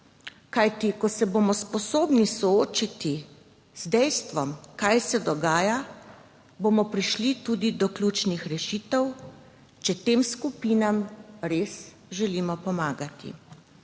Kajti ko se bomo sposobni soočiti z dejstvom, kaj se dogaja, bomo prišli tudi do ključnih rešitev, če tem skupinam res želimo pomagati.